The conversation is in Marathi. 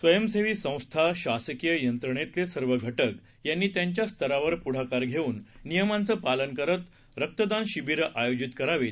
स्वयंसेवी संस्था शासकीय यंत्रणेतले सर्व घटक यांनी त्यांच्या स्तरावर पुढाकार घेऊन नियमांचं पालन करुन रक्तदान शिबिरं आयोजित करावीत